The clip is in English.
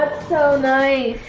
so nice.